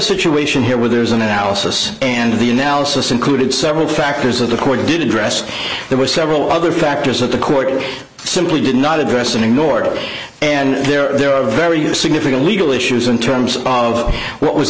situation here where there's an analysis and the analysis included several factors of the court did address there were several other factors that the court simply did not address and ignored and there are very significant legal issues in terms of what was